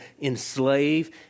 enslave